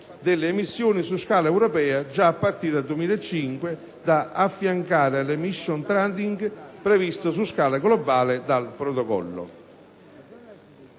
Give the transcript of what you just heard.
delle emissioni su scala europea già a partire dal 2005, da affiancare all'*emission trading* previsto su scala globale dal Protocollo.